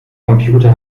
computer